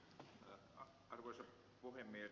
arvoisa puhemies